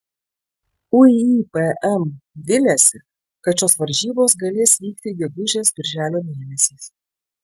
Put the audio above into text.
uipm viliasi kad šios varžybos galės vykti gegužės birželio mėnesiais